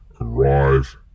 arrive